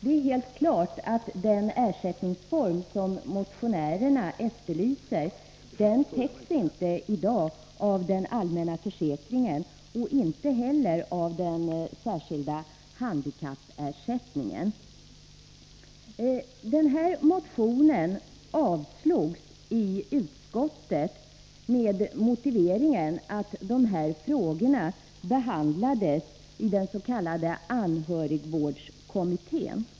Det är helt klart att den ersättningsform som motionärerna efterlyser i dag inte täcks av den allmänna försäkringen och inte heller av den särskilda handikappersättningen. Motionen avstyrktes i utskottet, med motiveringen att de här frågorna behandlades i den s. k anhörigvårdskommittén.